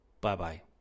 Bye-bye